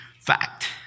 fact